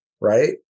Right